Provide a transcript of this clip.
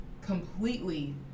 completely